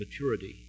maturity